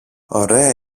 ωραία